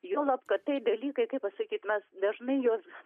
juolab kad tie dalykai kaip pasakyti mes dažnai juos